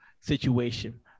situation